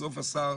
בסוף השר